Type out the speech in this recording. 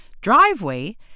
driveway